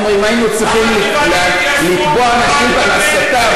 אם היינו צריכים לתבוע אנשים על הסתה,